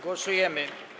Głosujemy.